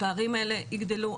הפערים האלה יגדלו.